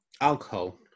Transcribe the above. alcohol